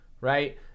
right